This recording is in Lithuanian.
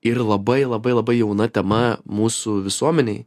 yra labai labai labai jauna tema mūsų visuomenei